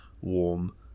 warm